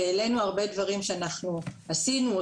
והעלינו הרבה דברים שאנחנו עשינו,